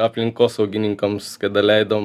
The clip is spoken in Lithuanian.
aplinkosaugininkams kada leidom